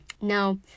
no